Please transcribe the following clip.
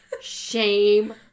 Shame